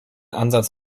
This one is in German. ansatz